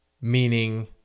meaning